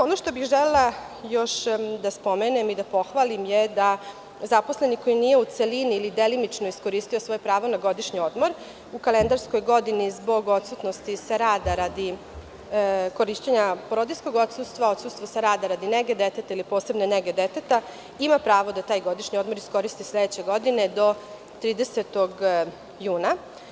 Ono što bih želela još da spomenem i da pohvalim je da zaposleni koji nije u celini ili delimično iskoristio svoje pravo na godišnji odmor u kalendarskoj godini zbog odsutnosti sa rada radi korišćenja porodiljskog odsustva, odsustva sa rada radi nege deteta ili posebne nege deteta, ima pravo da taj godišnji odmor iskoristi sledeće godine do 30. juna.